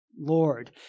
Lord